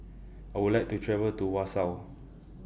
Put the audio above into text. I Would like to travel to Warsaw